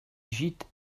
gîte